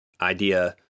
idea